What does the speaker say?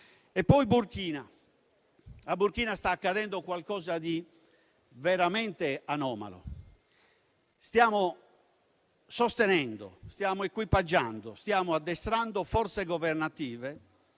In Burkina Faso sta accadendo qualcosa di veramente anomalo. Stiamo sostenendo, equipaggiando ed addestrando forze governative,